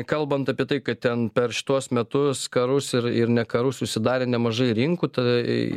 kalbant apie tai kad ten per šituos metus karus ir ir ne karus užsidarė nemažai rinkų tai